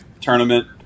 tournament